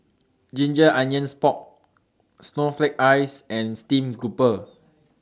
Ginger Onions Pork Snowflake Ice and Stream Grouper